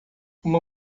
uma